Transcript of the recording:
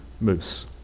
moose